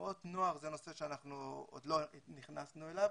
תנועות נוער זה נושא שאנחנו עוד לא נכנסנו אליו,